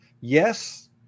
Yes